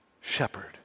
shepherd